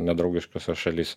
nedraugiškose šalys